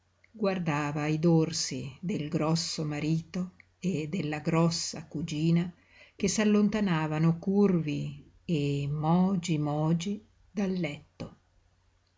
guardava i dorsi del grosso marito e della grossa cugina che s'allontanavano curvi e mogi mogi dal letto